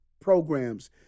programs